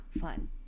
fun